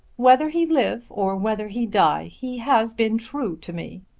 whether he live or whether he die, he has been true to me.